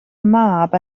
mab